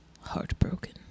heartbroken